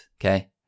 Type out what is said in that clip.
okay